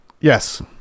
Yes